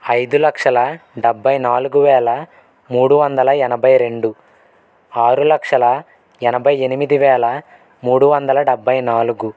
ఐదు లక్షల డెబ్భై నాలుగు వేల మూడు వందల ఎనభై రెండు ఆరు లక్షల ఎనభై ఎనిమిది వేల మూడు వందల డెబ్భై నాలుగు